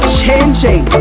changing